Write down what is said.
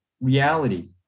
reality